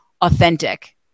authentic